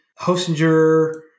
Hostinger